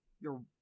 You're-